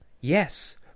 Yes